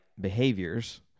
behaviors